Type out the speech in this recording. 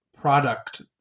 product